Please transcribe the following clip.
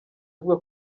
avuga